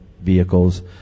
vehicles